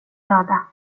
döda